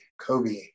Kobe